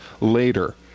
later